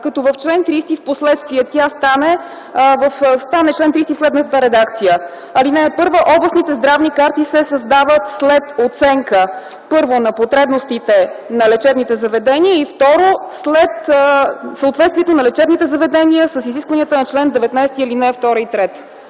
Като в чл. 30 впоследствие тя стане със следната редакция: „Чл. 30. (1) Областните здравни карти се създават след оценка: 1. на потребностите на лечебните заведения; 2. след съответствието на лечебните заведения с изискванията на чл. 19, ал. 2 и 3.”